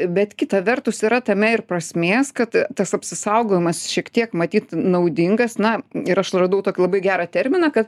bet kita vertus yra tame ir prasmės kad tas apsisaugojimas šiek tiek matyt naudingas na ir aš radau tokį labai gerą terminą kad